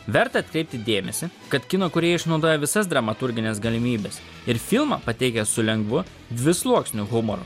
verta atkreipti dėmesį kad kino kūrėjai išnaudoja visas dramaturgines galimybes ir filmą pateikia su lengvu dvisluoksniu humoru